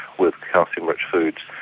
with calcium rich foods,